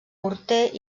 morter